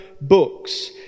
books